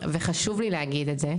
וחשוב לי להגיד את זה,